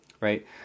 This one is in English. Right